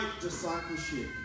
discipleship